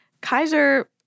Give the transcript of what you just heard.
Kaiser—